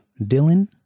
Dylan